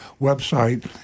website